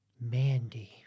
Mandy